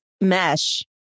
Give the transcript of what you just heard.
mesh